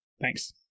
thanks